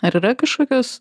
ar yra kažkokios